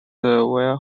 were